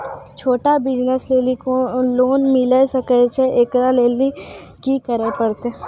छोटा बिज़नस लेली लोन मिले सकय छै? एकरा लेली की करै परतै